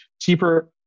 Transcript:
cheaper